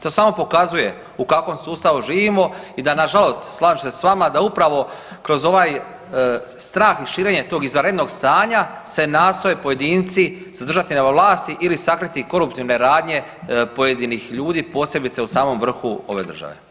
To samo pokazuje u kakvom sustavu živimo i da nažalost, slažem se s vama da upravo kroz ovaj strah i širenje tog izvanrednog stanja se nastoje pojedinci zadržati na vlasti ili sakriti koruptivne radnje pojedinih ljudi, posebice u samom vrhu ove države.